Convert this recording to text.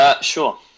Sure